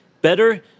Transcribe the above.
better